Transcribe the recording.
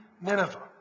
Nineveh